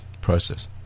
process